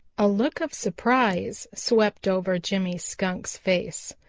a look of surprise swept over jimmy skunk's face.